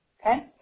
Okay